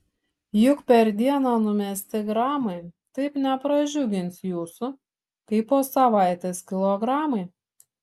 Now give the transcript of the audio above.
juk per dieną numesti gramai taip nepradžiugins jūsų kaip po savaitės kilogramai